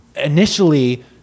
initially